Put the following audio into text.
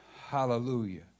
Hallelujah